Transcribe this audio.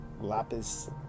lapis